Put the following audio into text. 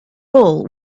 all